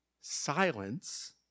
silence